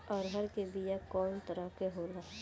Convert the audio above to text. अरहर के बिया कौ तरह के होला?